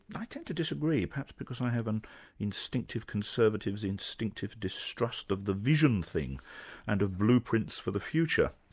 i tend to disagree perhaps because i have an instinctive conservative's instinctive distrust of the vision thing and of blueprints for the future.